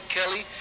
Kelly